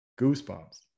goosebumps